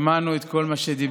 שמענו את כל מה שדיברו.